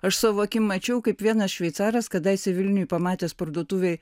aš savo akim mačiau kaip vienas šveicaras kadaise vilniuj pamatęs parduotuvėje